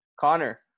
Connor